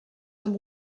amb